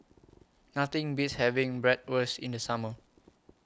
Nothing Beats having Bratwurst in The Summer